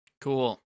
Cool